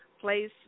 place